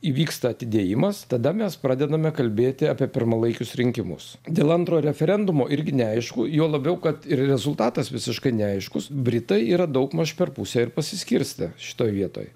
įvyksta atidėjimas tada mes pradedame kalbėti apie pirmalaikius rinkimus dėl antro referendumo irgi neaišku juo labiau kad ir rezultatas visiškai neaiškus britai yra daugmaž per pusę ir pasiskirstę šitoj vietoj